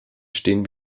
stehen